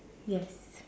yes